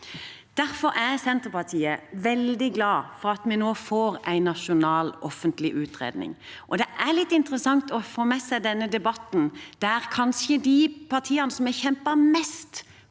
i Norge partiet veldig glad for at vi nå får en nasjonal offentlig utredning. Det er litt interessant å få med seg denne debatten, der de partiene som kanskje har kjempet mest